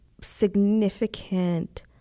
significant